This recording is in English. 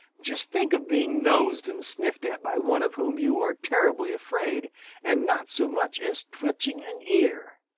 just think of being nosed and sniffed at by one of whom you were terribly afraid and not so much as twitching an ear!